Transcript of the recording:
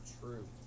True